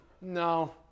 No